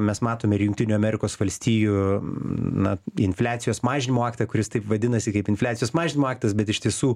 mes matome ir jungtinių amerikos valstijų na infliacijos mažinimo aktą kuris taip vadinasi kaip infliacijos mažinimo aktas bet iš tiesų